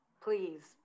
Please